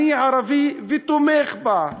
אני ערבי ותומך בה,